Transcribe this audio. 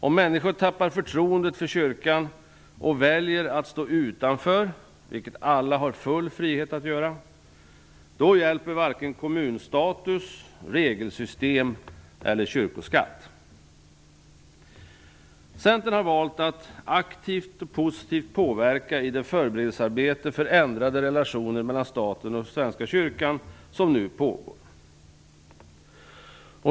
Om människor tappar förtroendet för kyrkan och väljer att stå utanför, vilket alla har full frihet att göra, hjälper varken kommunstatus, regelsystem eller kyrkoskatt. Centern har valt att aktivt och positivt påverka i det förberedelsearbete för ändrade relationer mellan staten och Svenska kyrkan som nu pågår.